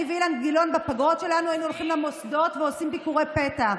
אני ואילן גילאון בפגרות שלנו היינו הולכים למוסדות ועושים ביקורי פתע.